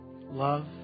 love